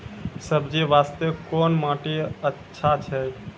सब्जी बास्ते कोन माटी अचछा छै?